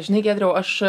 žinai giedriau aš